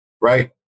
Right